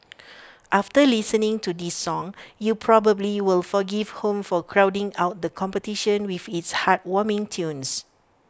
after listening to this song you probably will forgive home for crowding out the competition with its heartwarming tunes